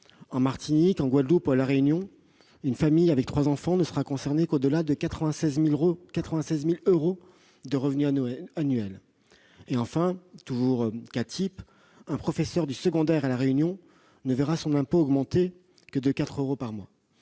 en Martinique, en Guadeloupe ou à La Réunion, une famille avec trois enfants ne sera concernée qu'au-delà de 96 000 euros de revenus annuels. Un professeur du secondaire à La Réunion ne verra son impôt augmenter que de 4 euros par mois.